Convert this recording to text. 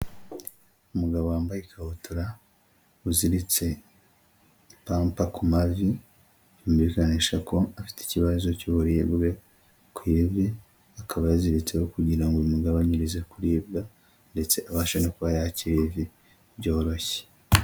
Umugabo wambaye ikabutura, uziritse ipampa ku mavi yumvikanisha ko afite ikibazo cy'uburibwe ku ivi akaba yaziritseho kugira ngo bimugabanyirize kuribwa ndetse abashe no kuba yakira ivi byoroshye.